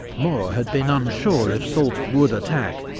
moore had been unsure if soult would attack,